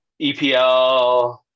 EPL